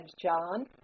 John